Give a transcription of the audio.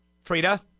Frida